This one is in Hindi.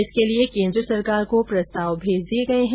इसके लिये केन्द्र सरकार को प्रस्ताव भेज दिये गये हैं